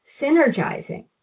synergizing